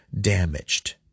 damaged